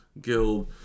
guild